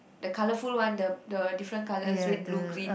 the colourful one the the different colours red blue green